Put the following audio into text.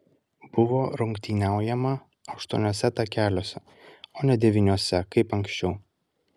buvo rungtyniaujama aštuoniuose takeliuose o ne devyniuose kaip anksčiau